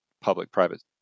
public-private